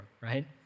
right